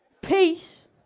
Peace